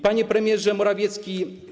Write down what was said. Panie Premierze Morawiecki!